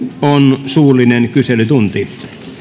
on suullinen kyselytunti